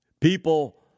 people